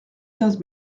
quinze